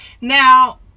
Now